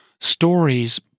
stories